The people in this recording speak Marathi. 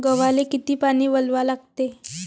गव्हाले किती पानी वलवा लागते?